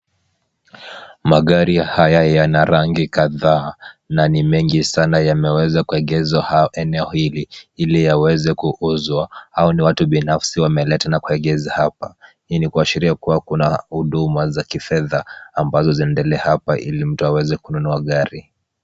Magari haya yana rangi kadhaa na ni mengi sana. Yameweza kuegeshwa eneo hili ili yaweze kuuzwa au ni watu binafsi wameleta na kuegesha hapa. Hii ni kuashiria kuwa kuna huduma za kifedha ambazo zinaendelea hapa ili mtu aweze kununua gari.